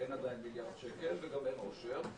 אין עדיין מיליארד שקל, וגם אין עושר.